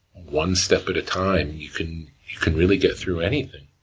one step at a time, you can can really get through anything.